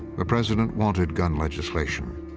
the president wanted gun legislation.